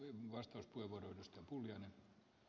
arvoisa puhemies